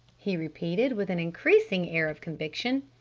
he repeated with an increasing air of conviction.